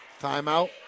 Timeout